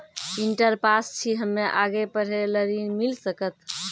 Inter pass छी हम्मे आगे पढ़े ला ऋण मिल सकत?